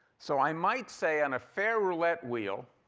so i might say on a fair roulette wheel